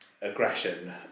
aggression